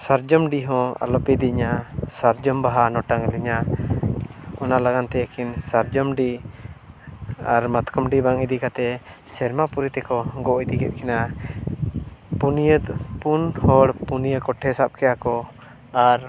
ᱥᱟᱨᱡᱚᱢᱰᱤ ᱦᱚᱸ ᱟᱞᱚᱯᱮ ᱤᱫᱤᱧᱟ ᱥᱟᱨᱡᱚᱢ ᱵᱟᱦᱟ ᱚᱴᱟᱝ ᱟᱹᱞᱤᱧᱟ ᱚᱱᱟ ᱞᱟᱜᱟᱱᱛᱮ ᱟᱹᱠᱤᱱ ᱥᱟᱨᱡᱚᱢᱰᱤ ᱟᱨ ᱢᱟᱛᱚᱠᱚᱢᱰᱤ ᱵᱟᱝ ᱤᱫᱤ ᱠᱟᱛᱮᱫ ᱥᱮᱨᱢᱟ ᱯᱩᱨᱤ ᱛᱮᱠᱚ ᱜᱚᱜ ᱤᱫᱤ ᱠᱮᱫ ᱠᱤᱱᱟ ᱯᱩᱱᱤᱭᱟᱹ ᱯᱩᱱ ᱦᱚᱲ ᱯᱩᱱᱤᱭᱟᱹ ᱠᱚᱴᱷᱮ ᱥᱟᱵ ᱠᱮᱜ ᱟᱠᱚ ᱟᱨ